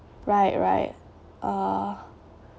right right uh